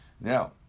Now